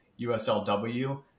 USLW